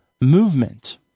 movement